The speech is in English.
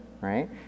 right